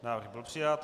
Návrh byl přijat.